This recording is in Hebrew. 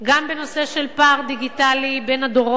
גם בנושא של פער דיגיטלי בין הדורות,